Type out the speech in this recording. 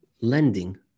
lending